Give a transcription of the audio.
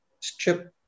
Chip